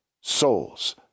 souls